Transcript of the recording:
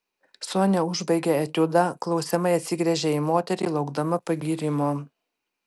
sonia užbaigė etiudą klausiamai atsigręžė į moterį laukdama pagyrimo